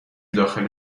داخل